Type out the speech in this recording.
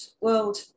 World